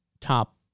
top